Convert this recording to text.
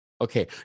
Okay